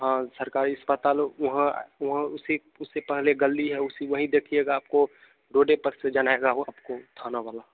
हाँ सरकारी अस्पताल वहाँ वहाँ उसी उससे पहले गली है उसी वहीं देखिएगा आपको रोडे पर से जनाएगा वो आपको थाना वाला